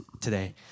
today